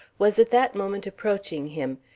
was at that moment approaching him,